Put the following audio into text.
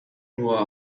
nur